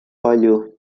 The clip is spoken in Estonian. palju